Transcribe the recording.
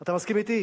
אתה מסכים אתי?